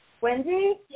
Wendy